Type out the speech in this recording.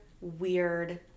weird